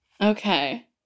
Okay